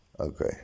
Okay